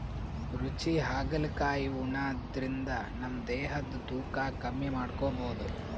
ರುಚಿ ಹಾಗಲಕಾಯಿ ಉಣಾದ್ರಿನ್ದ ನಮ್ ದೇಹದ್ದ್ ತೂಕಾ ಕಮ್ಮಿ ಮಾಡ್ಕೊಬಹುದ್